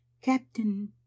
captain